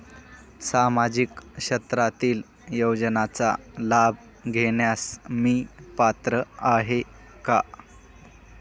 सामाजिक क्षेत्रातील योजनांचा लाभ घेण्यास मी पात्र आहे का?